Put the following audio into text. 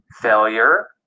failure